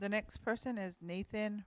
the next person as nathan